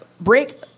break